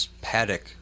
paddock